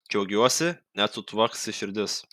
džiaugiuosi net sutvaksi širdis